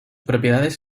propiedades